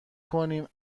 کنیم